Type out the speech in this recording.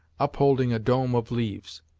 upholding a dome of leaves.